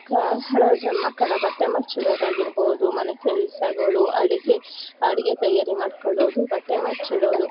ಮಕ್ಕಳ ಮಕ್ಕಳ ಬಟ್ಟೆ ಮಡಿಚಿಡೋದ್ ಆಗಿರ್ಬೌದು ಮನೆ ಕೆಲಸಗಳು ಅಡಿಗೆ ಅಡಿಗೆ ತಯಾರಿ ಮಾಡ್ಕೊಳ್ಳೋದು ಬಟ್ಟೆ ಮಡಿಚಿಡೋದು